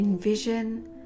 Envision